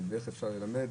איך אפשר ללמד.